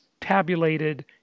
tabulated